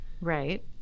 Right